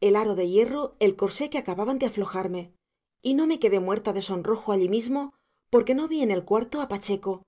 el aro de hierro el corsé que acababan de aflojarme y no me quedé muerta de sonrojo allí mismo porque no vi en el cuarto a pacheco